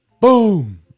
Boom